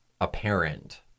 apparent